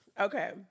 Okay